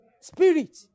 spirit